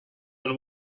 and